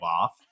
off